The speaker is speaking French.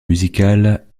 musicale